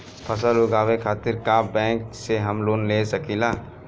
फसल उगावे खतिर का बैंक से हम लोन ले सकीला?